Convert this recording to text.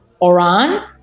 Oran